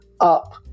up